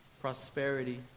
Prosperity